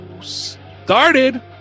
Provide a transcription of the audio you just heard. started